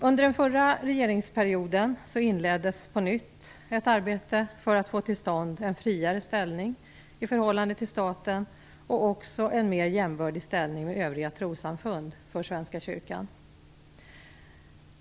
Under den förra regeringsperioden inleddes på nytt ett arbete för att få till stånd en friare ställning för Svenska kyrkan i förhållande till staten och också en mer jämbördig ställning i förhållande till övriga trossamfund.